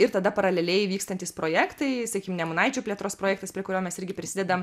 ir tada paraleliai vykstantys projektai sakykim nemunaičių plėtros projektas prie kurio mes irgi prisidedam